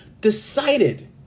decided